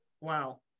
Wow